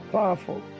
Powerful